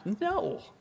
No